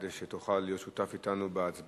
כדי שתוכל להיות שותף אתנו בהצבעה.